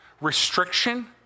Restriction